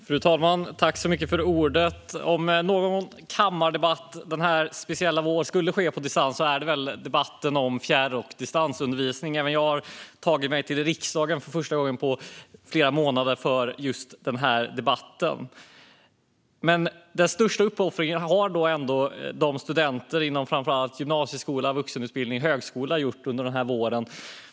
Fru talman! Om en kammardebatt denna speciella vår skulle ske på distans är det väl debatten om fjärr och distansundervisning. Även jag har tagit mig till riksdagen för första gången på flera månader för just denna debatt. Den största uppoffringen har gjorts av studenter inom framför allt gymnasieskolan, vuxenutbildningen och högskolan denna vår.